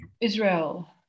Israel